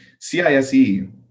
CISE